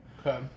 okay